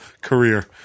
career